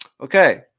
Okay